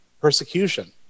persecution